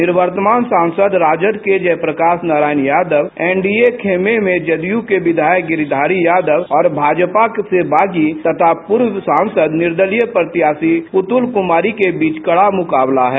निवर्तमान सांसद राजद के जयप्रकाश नारायण यादव एनडीए खेमे में जदयू के विधायक गिरिधारी यादव और भाजपा से बागी तथा पूर्व सांसद निर्दलीय प्रत्याशी पुतुल कुमारी के बीच कडा मुकाबला है